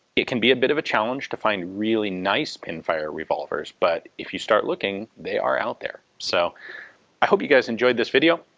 it can be a bit of a challenge to find really nice pinfire revolvers, but if you start looking they are out there. so i hope you guys enjoyed this video,